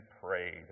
prayed